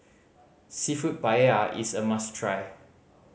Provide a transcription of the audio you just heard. Seafood Paella is a must try